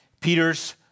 Peter's